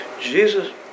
Jesus